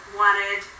wanted